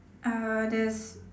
uh there's